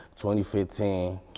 2015